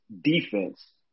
defense